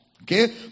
Okay